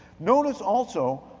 notice also,